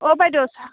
অ বাইদেউ